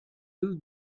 who